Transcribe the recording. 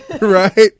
right